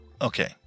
Okay